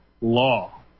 law